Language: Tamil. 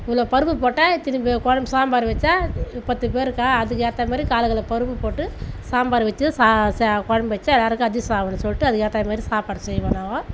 இவ்வளோ பருப்பு போட்டால் இத்தினி பே கொழம்பு சாம்பார் வெச்சால் பத்து பேருக்கா அதுக்கு ஏற்ற மாதிரி கால் கிலோ பருப்பு போட்டு சாம்பார் வெச்சு சா சா குழம்பு வெச்சு எல்லோருக்கும் அஜிஸ் ஆகணுனு சொல்லிட்டு அதுக்கு ஏற்ற மாரி சாப்பாடு செய்வோம் நாங்கள்